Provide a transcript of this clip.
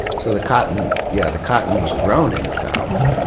so the cotton yeah the cotton was grown in the south